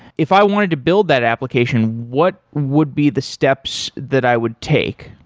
if i wanted to build that application, what would be the steps that i would take?